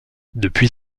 depuis